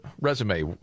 Resume